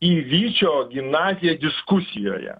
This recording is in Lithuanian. į vyčio gimnaziją diskusijoje